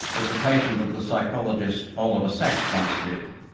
as a patient of the psychologist oliver sacks once did.